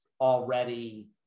already